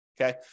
Okay